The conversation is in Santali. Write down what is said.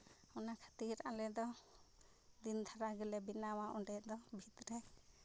ᱚᱱᱟ ᱠᱷᱟᱹᱛᱤᱨ ᱟᱞᱮ ᱫᱚ ᱫᱤᱱ ᱫᱷᱟᱨᱟ ᱜᱮᱞᱮ ᱵᱮᱱᱟᱣᱟ ᱚᱸᱰᱮ ᱫᱚ ᱵᱷᱤᱛ ᱨᱮ